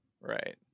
Right